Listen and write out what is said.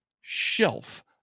shelf